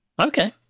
Okay